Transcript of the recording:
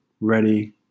ready